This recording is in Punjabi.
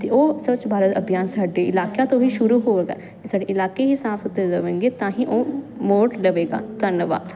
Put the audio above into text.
ਤੇ ਉਹ ਸਵੱਚ ਭਾਰਤ ਅਭਿਆਨ ਸਾਡੇ ਇਲਾਕਿਆਂ ਤੋਂ ਵੀ ਸ਼ੁਰੂ ਹੋ ਸਾਡੇ ਇਲਾਕੇ ਹੀ ਸਾਫ ਸੁਥਰੇ ਰਵਣਗੇ ਤਾਂ ਹੀ ਉਹ ਮੋੜ ਲਵੇਗਾ ਧੰਨਵਾਦ